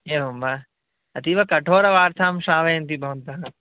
एवं वा अतीवकठोरवार्तां श्रावयन्ति भवन्तः